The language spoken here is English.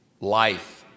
life